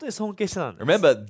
Remember